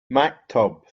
maktub